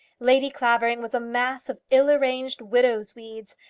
lady clavering was a mass of ill-arranged widow's weeds.